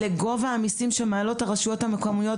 לגובה המיסים שמעלות הרשויות המקומיות,